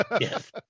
Yes